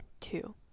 Two